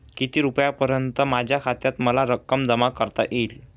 किती रुपयांपर्यंत माझ्या खात्यात मला रक्कम जमा करता येईल?